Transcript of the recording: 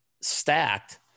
stacked